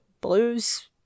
blues